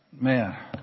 man